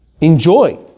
Enjoy